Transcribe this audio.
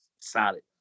solid